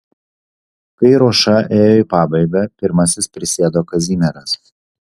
kai ruoša ėjo į pabaigą pirmasis prisėdo kazimieras